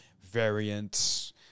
variants